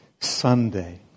Sunday